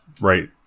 right